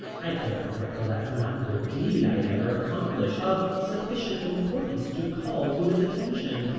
i could not recollect one good deed i had ever accomplished of sufficient importance to call to his attention,